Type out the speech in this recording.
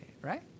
right